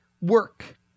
work